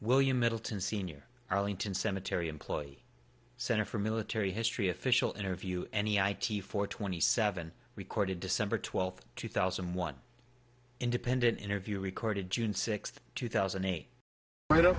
william middleton sr arlington cemetery employee center for military history official interview any i t four twenty seven recorded december twelfth two thousand and one independent interview recorded june sixth two thousand a